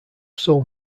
soul